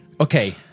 okay